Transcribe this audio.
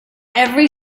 every